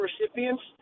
recipients